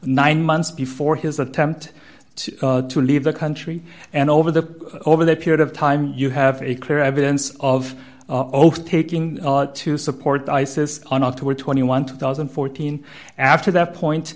nine months before his attempt to to leave the country and over the over the period of time you have a clear evidence of oath taking to support isis on october twenty one two thousand and fourteen after that point